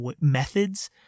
methods